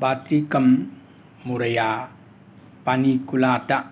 ꯕꯥꯇꯤꯀꯝ ꯃꯨꯔꯩꯌꯥ ꯄꯥꯅꯤꯀꯨꯂꯥꯇꯥ